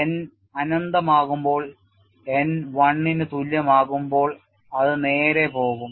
n അനന്തമാകുമ്പോൾ n 1 ന് തുല്യമാകുമ്പോൾ അത് നേരെ പോകും